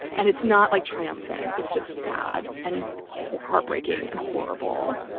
and it's not like triumphant. it's just sad and heartbreaking and horrible